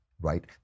Right